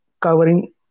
covering